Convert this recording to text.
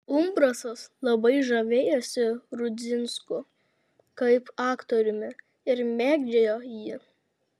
umbrasas labai žavėjosi rudzinsku kaip aktoriumi ir mėgdžiojo jį